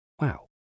Wow